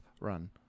run